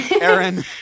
Aaron